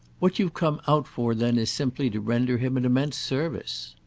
what you've come out for then is simply to render him an immense service.